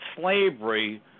slavery